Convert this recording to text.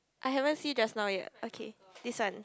I haven't see just now yet okay this one